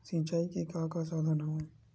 सिंचाई के का का साधन हवय?